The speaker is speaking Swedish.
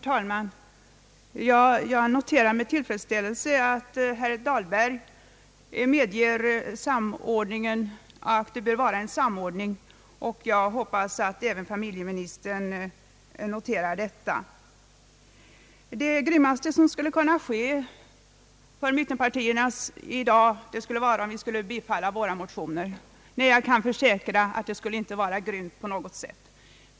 Herr talman! Jag noterar med tillfredsställelse att herr Dahlberg medger att en samordning bör ske, och jag hoppas att familjeministern också noterar detta. Det grymmaste som skulle kunna ske för mittenpartierna i dag skulle vara om man skulle bifalla våra motioner, sade statsrådet Odhnoff. Nej, jag kan försäkra att det inte skulle vara grymt på något sätt.